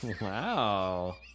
wow